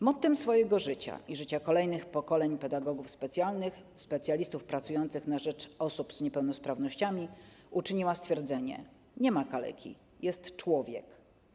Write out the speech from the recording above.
Mottem swojego życia i życia kolejnych pokoleń pedagogów specjalnych, specjalistów pracujących na rzecz osób z niepełnosprawnościami uczyniła stwierdzenie: 'Nie ma kaleki - jest człowiek'